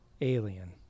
Alien